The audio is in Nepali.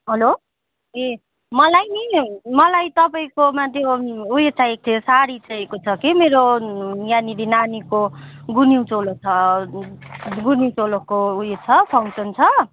हेलो ए मलाई नि मलाई तपाईँकोमा त्यो उयो चाहिएको थियो साडी चाहिएको छ कि मेरो यहाँनिर नानीको गुन्युचोलो छ गुन्युचोलोको उयो छ फङसन छ